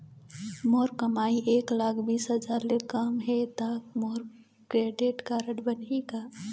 मोर कमाई एक लाख बीस हजार ले कम हे त मोर क्रेडिट कारड बनही का?